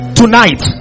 tonight